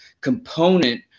component